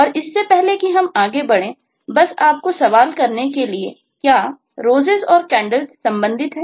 और इससे पहले कि हम आगे बढ़ें बस आपको सवाल करने के लिए क्या Roses और Candles संबंधित हैं